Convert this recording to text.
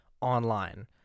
online